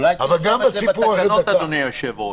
אולי תרשום את זה כהערה בתקנות, אדוני היושב-ראש.